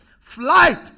flight